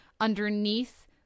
underneath